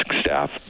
staff